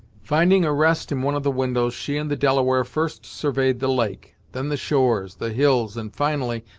finding a rest in one of the windows, she and the delaware first surveyed the lake then the shores, the hills, and, finally,